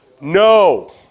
No